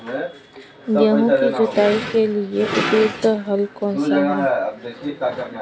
गेहूँ की जुताई के लिए प्रयुक्त हल कौनसा है?